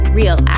real